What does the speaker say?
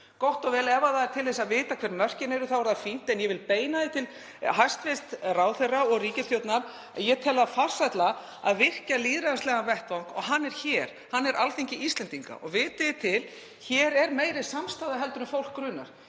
Gott og vel. Ef það er til þess að vita hver mörkin eru þá er það fínt. En ég vil beina því til hæstv. ráðherra og ríkisstjórnar að ég tel farsælla að virkja lýðræðislegan vettvang og hann er hér. Hann er Alþingi Íslendinga. Og vitið til, hér er meiri samstaða en fólk grunar